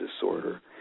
disorder